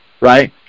right